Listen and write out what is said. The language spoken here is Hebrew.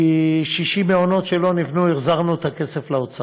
כי 60 מעונות שלא נבנו, החזרנו את הכסף לאוצר,